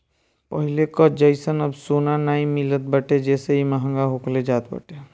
पहिले कअ जइसन अब सोना नाइ मिलत बाटे जेसे इ महंग होखल जात बाटे